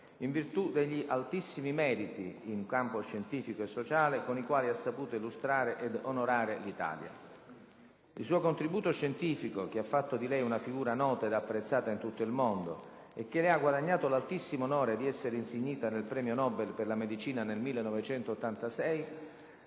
in virtù degli altissimi meriti in campo scientifico e sociale con i quali ha saputo illustrare ed onorare l'Italia. Il suo contributo scientifico, che ha fatto di lei una figura nota ed apprezzata in tutto il mondo e che le ha guadagnato l'altissimo onore di essere insignita del premio Nobel per la medicina nel 1986